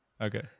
okay